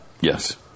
Yes